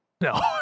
No